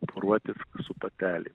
poruotis su patelė